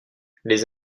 les